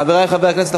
חברי חברי הכנסת,